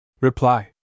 Reply